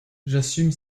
j’assume